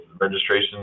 registration